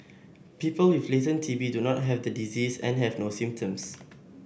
people with latent T B do not have the disease and have no symptoms